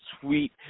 sweet